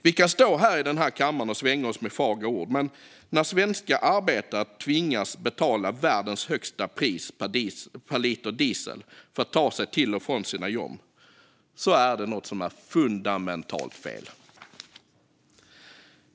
Vi kan stå i den här kammaren och svänga oss med fagra ord, men när svenska arbetare tvingas betala världens högsta pris per liter diesel för att ta sig till och från sina jobb är det något som är fundamentalt fel.